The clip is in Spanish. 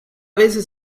veces